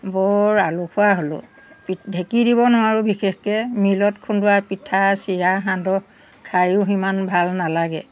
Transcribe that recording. বৰ আলসুৱা হ'লোঁ পি ঢেঁকী দিব নোৱাৰোঁ বিশেষকৈ মিলত খুন্দোৱা পিঠা চিৰা সান্দহ খায়ো সিমান ভাল নালাগে